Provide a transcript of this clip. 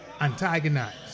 antagonize